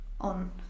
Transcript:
on